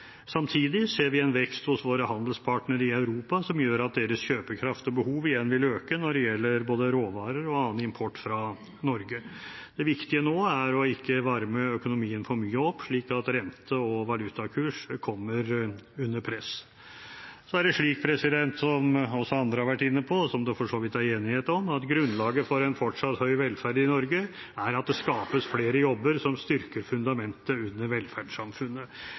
Samtidig ser vi en vekst hos våre handelspartnere i Europa som gjør at deres kjøpekraft og behov igjen vil øke når det gjelder både råvarer og annen import fra Norge. Det viktige nå er å ikke varme økonomien for mye opp, slik at renter og valutakurs kommer under press. Så er det slik, som også andre har vært inne på, og som det for så vidt er enighet om, at grunnlaget for en fortsatt høy velferd i Norge er at det skapes flere jobber som styrker fundamentet under velferdssamfunnet.